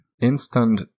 Instant